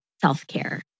self-care